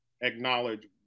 acknowledge